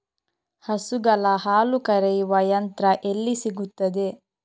ಹಸುಗಳ ಹಾಲು ಕರೆಯುವ ಯಂತ್ರ ಎಲ್ಲಿ ಸಿಗುತ್ತದೆ?